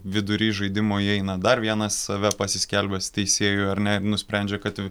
vidury žaidimo įeina dar vienas save pasiskelbęs teisėju ar ne ir nusprendžia kad